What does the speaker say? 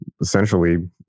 essentially